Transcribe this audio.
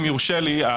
אם יורשה לי,